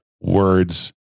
words